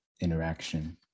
interaction